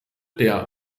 der